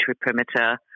perimeter